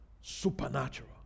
supernatural